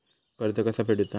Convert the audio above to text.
कर्ज कसा फेडुचा?